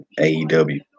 AEW